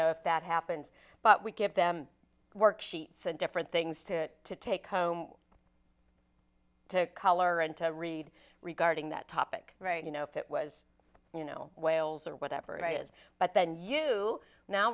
know if that happens but we give them worksheets and different things to take home to color and to read regarding that topic right you know if it was you know whales or whatever it is but then you now